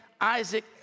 Isaac